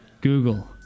Google